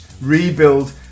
rebuild